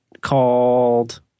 called